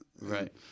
right